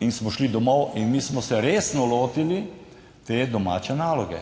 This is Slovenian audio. In smo šli domov in mi smo se resno lotili te domače naloge.